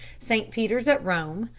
st peter's at rome,